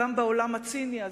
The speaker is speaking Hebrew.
גם בעולם הציני הזה,